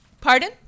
Pardon